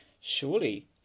Surely